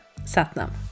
Satnam